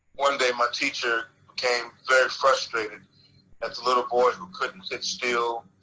one day my teacher came very frustrated at the little boy who couldn't sit still,